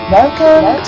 Welcome